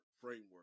framework